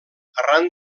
arran